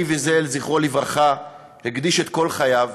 אלי ויזל, זכרו לברכה, הקדיש את כל חייו